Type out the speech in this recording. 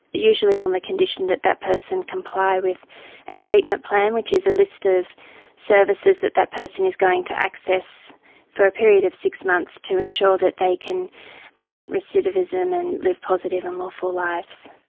usually on the condition that that person comply with a treatment plan, which is a list of services that that person is going to access for a period of six months to ensure that they can prevent recidivism and live positive and lawful lives.